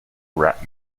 rap